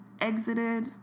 exited